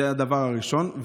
זה הדבר הראשון.